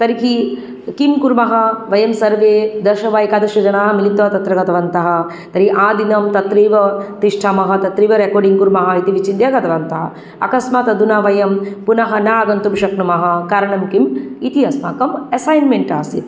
तर्हि किं कुर्मः वयं सर्वे दश वा एकादश जनाः मिलित्वा तत्र गतवन्तः तर्हि आदिनं तत्रैव तिष्ठामः तत्रैव रेकाडिङ्ग् कुर्मः इति विचिन्त्य गतवन्तः अकस्मात् अधुना वयं पुनः नागन्तुं शक्नुमः कारणं किम् इति अस्माकम् एसैन्मेण्ट् आसीत्